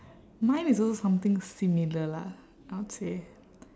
mine is also something similar lah I would say